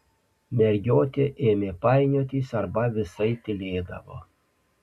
mergiotė ėmė painiotis arba visai tylėdavo